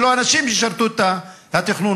ולא שאנשים ישרתו את התכנון,